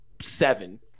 seven